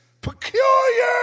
peculiar